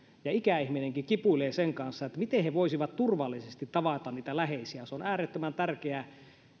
ja ikäihminenkin kipuilee sen kanssa miten he voisivat turvallisesti tavata niitä läheisiään se on äärettömän tärkeää